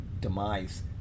demise